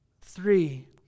Three